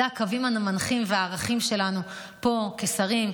אלו הקווים המנחים והערכים שלנו פה כשרים,